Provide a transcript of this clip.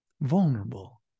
vulnerable